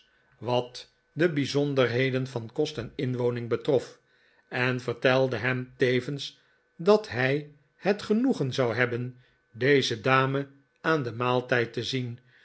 wat de bijzonderheden van kost n inwoning betrof en vertelde hem tevens dat hij het genoegen zou hebben deze dame aan den maaltijd te zien